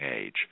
age